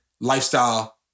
lifestyle